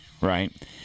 right